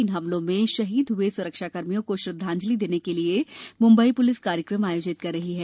इन हमलों में शहीद हुए सुरक्षाकर्मियों को श्रद्वांजलि देने के लिए मुंबई पुलिस कार्यक्रम आयोजित कर रही है